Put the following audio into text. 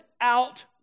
out